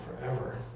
forever